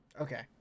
Okay